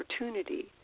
opportunity